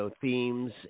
themes